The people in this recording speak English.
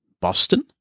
Boston